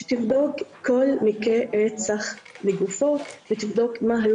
שתבדוק כל מקרה רצח לגופו ותבדוק מה היו